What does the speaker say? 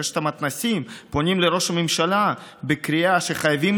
רשת המתנ"סים פונה לראש הממשלה בקריאה שחייבים